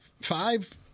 five